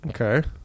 Okay